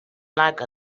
like